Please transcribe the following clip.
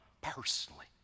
personally